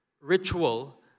ritual